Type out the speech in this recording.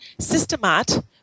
systemat